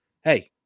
Hey